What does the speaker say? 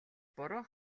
буруу